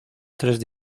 tres